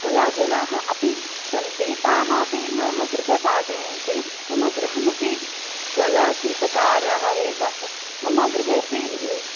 कलाजनाः अपि सन्ति ताः अपि मम कृते पाठयन्ति मम गृहमपि कलाशिल्पकारः एव मम गृहे अपि